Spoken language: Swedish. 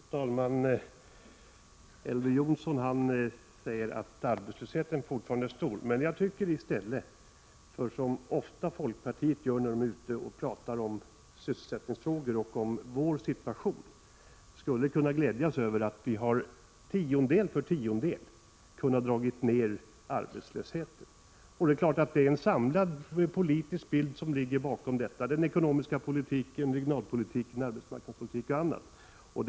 Herr talman! Elver Jonsson säger att arbetslösheten fortfarande är hög. Men jag tycker att man i folkpartiet skulle kunna glädjas över att vi tiondel för tiondel har kunnat minska arbetslösheten i stället för att tala om sysselsättningsfrågor och om vår situation, som folkpartisterna så ofta gör när de är ute och talar. Det är naturligtvis en samlad politisk bild som ligger bakom denna minskning av arbetslösheten — den ekonomiska politiken, regionalpolitiken, arbetsmarknadspolitiken och annat.